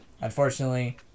unfortunately